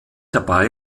dabei